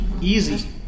Easy